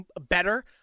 better